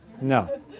No